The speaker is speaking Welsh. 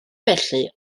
felly